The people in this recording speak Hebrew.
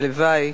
הלוואי